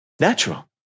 natural